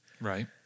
Right